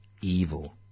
evil